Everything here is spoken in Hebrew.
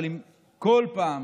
אבל אם כל פעם,